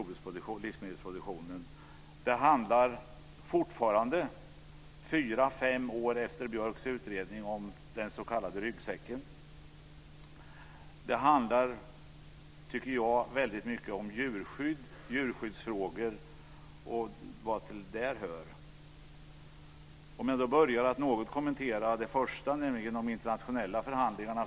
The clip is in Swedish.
Det handlar, fortfarande fyra fem år efter Björks utredning, om den s.k. ryggsäcken. Det handlar, tycker jag, väldigt mycket om djurskydd, om djurskyddsfrågor och vad som därtill hör. Jag börjar med att något kommentera det första, nämligen de internationella förhandlingarna.